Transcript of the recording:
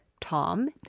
Tom